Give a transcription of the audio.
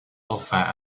alpha